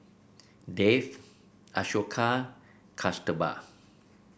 Dev Ashoka Kasturba